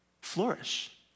flourish